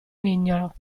mignolo